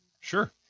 Sure